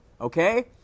okay